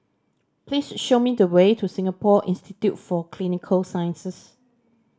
please show me the way to Singapore Institute for Clinical Sciences